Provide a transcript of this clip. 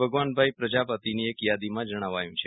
ભગવાનભાઇ પ્રજાપતિની યાદીમાં જણાવાયું છે